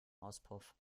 auspuff